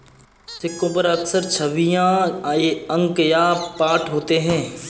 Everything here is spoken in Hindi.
सिक्कों पर अक्सर छवियां अंक या पाठ होते हैं